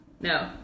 no